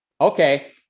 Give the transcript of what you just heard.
Okay